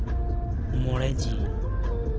ᱢᱚᱬᱮ ᱡᱤ